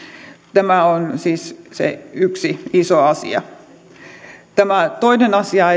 tämä on siis se yksi iso asia toinen asia